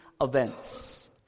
events